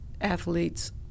athletes